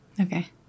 Okay